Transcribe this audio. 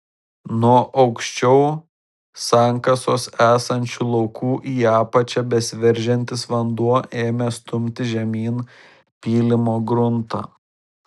nuo aukščiau sankasos esančių laukų į apačią besiveržiantis vanduo ėmė stumti žemyn pylimo gruntą